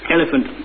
Elephant